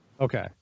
Okay